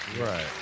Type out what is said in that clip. Right